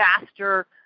faster